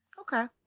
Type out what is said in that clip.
Okay